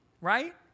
right